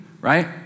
right